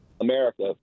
America